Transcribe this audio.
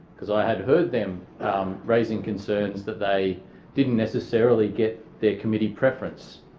because i had heard them raising concerns that they didn't necessarily get their committee preference.